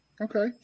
okay